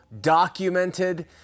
documented